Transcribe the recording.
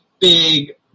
big